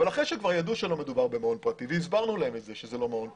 אחרי שהם ידעו שלא מדובר במעון פרטי והסברנו להם שזה לא מעון פרטי,